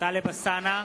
טלב אלסאנע,